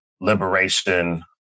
liberation